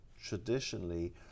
traditionally